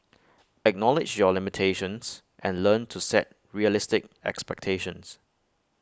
acknowledge your limitations and learn to set realistic expectations